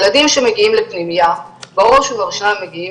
ילדים שמגיעים לפנימייה בראש ובראשונה מגיעים